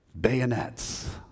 bayonets